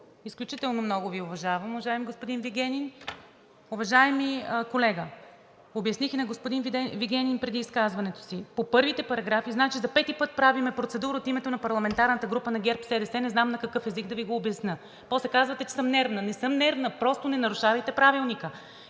Изключително много Ви уважавам, уважаеми господин Вигенин. Уважаеми колега, обясних и на господин Вигенин преди изказването си по първите параграфи, за пети път правим процедура от името на парламентарната група на ГЕРБ-СДС – не знам на какъв език да Ви го обясня, а после казвате, че съм нервна. Не съм нервна, просто не нарушавайте Правилника